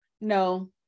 no